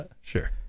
Sure